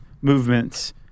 movements